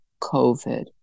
COVID